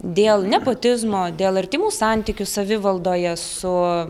dėl nepotizmo dėl artimų santykių savivaldoje su